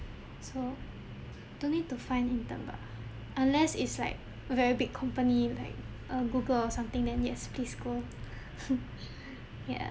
so don't need to find intern bah unless it's like a very big company like err google or something then yes please go yeah